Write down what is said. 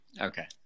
okay